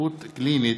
ברוקחות קלינית),